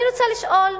אני רוצה לשאול: